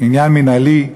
עניין מינהלי,